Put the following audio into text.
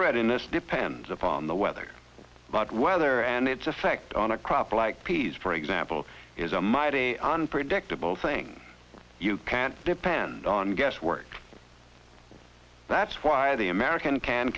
readiness depends upon the weather not weather and its effect on a crop like peas for example is a mighty unpredictable thing you can't depend on guesswork that's why the american can